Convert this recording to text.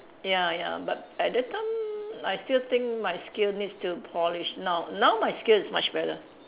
ya ya but at that time I still think my skill needs to polish now now my skill is much better